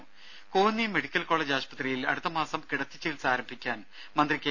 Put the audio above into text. ദേദ Konni medical college ആശുപത്രിയിൽ അടുത്തമാസം കിടത്തി ചികിത്സ ആരംഭിക്കാൻ മന്ത്രി കെ